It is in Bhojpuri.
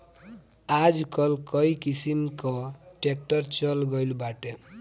आजकल कई किसिम कअ ट्रैक्टर चल गइल बाटे